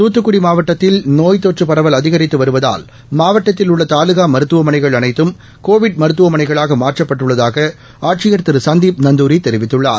துத்துக்குடி மாவட்டத்தில் நோய் தொற்று பரவல் அதிகித்து வருவதால் மாவட்டத்தில் உள்ள தாலுகா மருத்துவமனைகள் அனைத்தும் கோவிட் மருத்துவமனைகளாக மாற்றப்பட்டுள்ளதாக ஆட்சியர் திரு சந்தீப் நந்துரி தெரிவித்துள்ளார்